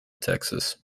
texas